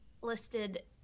listed